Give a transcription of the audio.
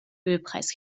ölpreis